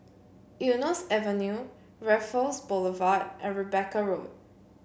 Eunos Avenue Raffles Boulevard and Rebecca Road